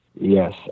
Yes